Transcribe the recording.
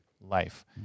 life